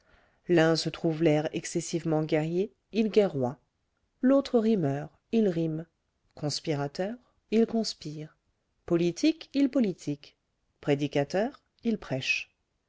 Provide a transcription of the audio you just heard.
l'un se trouve l'air excessivement guerrier il guerroie l'autre rimeur il rime conspirateur il conspire politique il politique prédicateur il prêche